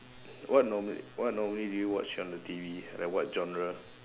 what normally what normally do you watch on the T_V like what genre